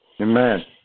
Amen